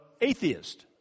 atheist